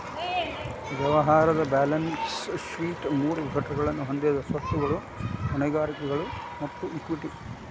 ವ್ಯವಹಾರದ್ balance sheet ಮೂರು ಘಟಕಗಳನ್ನ ಹೊಂದೆದ ಸ್ವತ್ತುಗಳು, ಹೊಣೆಗಾರಿಕೆಗಳು ಮತ್ತ ಇಕ್ವಿಟಿ